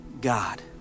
God